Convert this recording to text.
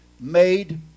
made